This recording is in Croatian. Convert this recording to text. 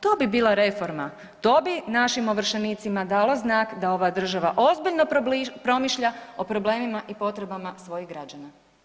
To bi bila reforma, to bi našim ovršenicima dalo znak da ova država ozbiljno promišlja o problemima i potrebama svojih građana.